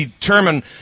determine